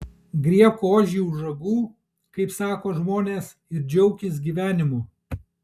griebk ožį už ragų kaip sako žmonės ir džiaukis gyvenimu